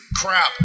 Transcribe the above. crap